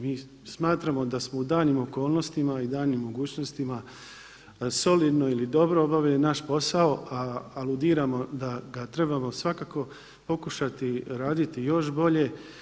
Mi smatramo da smo u daljnjim okolnostima i daljnim mogućnostima solidno ili dobro obavili naš posao, a aludiramo da ga svakako trebamo pokušati raditi još bolje.